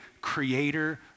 creator